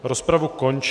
Rozpravu končím.